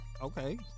Okay